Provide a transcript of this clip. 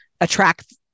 attract